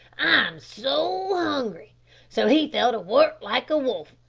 i'm so hungry so he fell to work like a wolf.